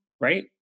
right